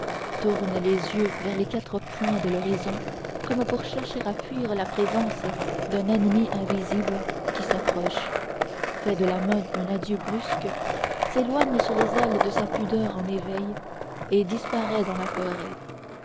tourne les yeux vers les quatre points de l'horizon comme pour chercher à fuir la présence d'un ennemi invisible qui s'approche fait de la main un adieu brusque s'éloigne sur les ailes de sa pudeur en éveil et disparaît dans la forêt